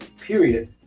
period